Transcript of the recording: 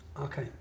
Okay